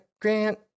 grant